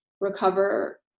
recover